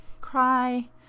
cry